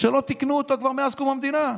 שלא תיקנו אותו מאז קודם המדינה,